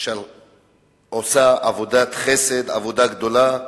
עושה עבודת חסד, עבודה גדולה,